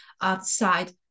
outside